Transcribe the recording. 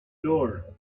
door